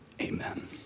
Amen